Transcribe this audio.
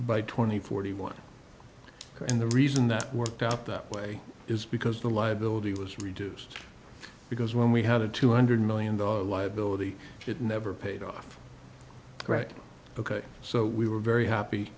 by twenty forty one and the reason that worked out that way is because the liability was reduced because when we had a two hundred million dollars liability it never paid off right ok so we were very happy